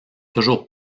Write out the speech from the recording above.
toujours